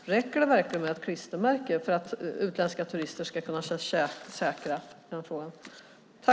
Räcker det verkligen med ett klistermärke för att utländska turister ska kunna känna sig säkra?